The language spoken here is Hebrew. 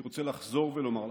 אני רוצה לחזור ולומר לכם,